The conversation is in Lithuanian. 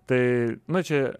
tai nu čia